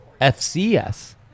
fcs